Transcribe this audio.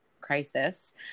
crisis